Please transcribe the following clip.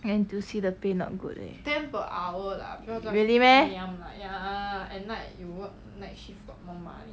N_T_U_C 的 pay not good leh really meh